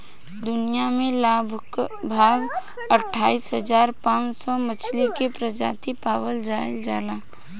दुनिया में लगभग अठाईस हज़ार पांच सौ मछली के प्रजाति पावल जाइल जाला